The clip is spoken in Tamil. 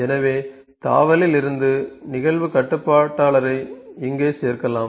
எனவே தாவலில் இருந்து நிகழ்வு கட்டுப்பாட்டாளரை இங்கே சேர்க்கலாம்